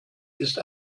ist